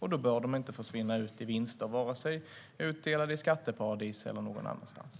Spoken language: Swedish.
Då bör de inte försvinna ut i vinster som placeras i skatteparadis eller någon annanstans.